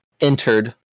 entered